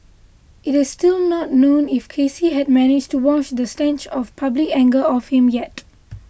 it is still not known if Casey had managed to wash the stench of public anger off him yet